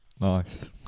Nice